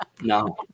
No